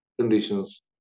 conditions